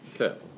Okay